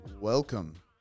Welcome